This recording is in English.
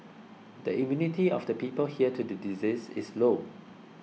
the immunity of the people here to the disease is low